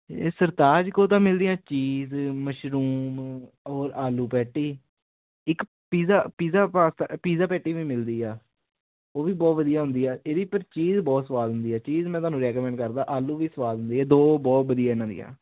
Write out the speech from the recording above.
ਇਹ ਸਰਤਾਜ ਕੋਲ ਤਾਂ ਮਿਲਦੀਆਂ ਚੀਜ਼ ਮਸ਼ਰੂਮ ਔਰ ਆਲੂ ਪੈਟੀ ਇੱਕ ਪੀਜ਼ਾ ਪੀਜ਼ਾ ਪੈਟੀ ਵੀ ਮਿਲਦੀ ਆ ਉਹ ਵੀ ਬਹੁਤ ਵਧੀਆ ਹੁੰਦੀ ਆ ਇਹਦੀ ਪਰ ਚੀਜ਼ ਬਹੁਤ ਸਵਾਲ ਹੁੰਦੀ ਹ ਚੀਜ਼ ਮੈਂ ਤੁਹਾਨੂੰ ਰਿਕਮੈਂਡ ਕਰਦਾ ਆਲੂ ਵੀ ਸਵਾਦ ਦੇ ਦੋ ਬਹੁਤ ਵਧੀਆ ਇਹਨਾਂ ਦੀਆਂ